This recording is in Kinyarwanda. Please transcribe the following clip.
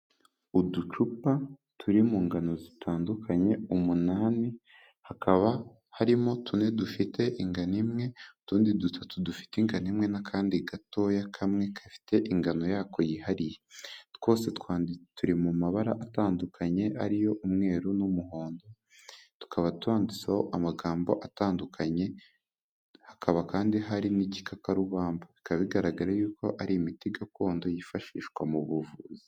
Uducupa turi mungano zitandukanye umunani, hakaba harimo tune dufite ingano imwe, utundi dutatu dufite ingano imwe nakandi gatoya kamwe gafite ingano yako yihariye. Twose turi mumabara atandukanye ariyo umweru n'umuhondo tukaba twanditseho amagambo atandukanye hakaba kandi harimo igikakarubamba, bikaba bigaragara yuko ari imiti gakondo yifashishwa mubuvuzi.